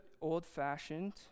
old-fashioned